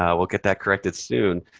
yeah we'll get that corrected soon.